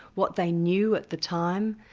what they knew at the time,